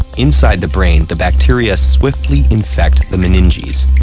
inside the brain, the bacteria swiftly infect the meninges.